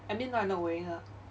I mean now I'm not wearing lah